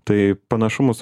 tai panašumus